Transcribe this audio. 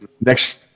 next